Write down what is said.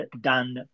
done